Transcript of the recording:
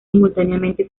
simultáneamente